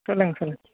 சொல்லுங்க சொல்லுங்க